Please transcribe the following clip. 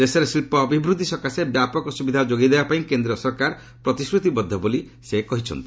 ଦେଶରେ ଶିଳ୍ପ ଅଭିବୃଦ୍ଧି ସକାଶେ ବ୍ୟାପକ ସୁବିଧା ଯୋଗାଇ ଦେବା ପାଇଁ କେନ୍ଦ୍ର ସରକାର ପ୍ରତିଶ୍ରତି ବଦ୍ଧ ବୋଲି ସେ କହିଥିଲେ